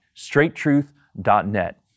straighttruth.net